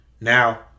Now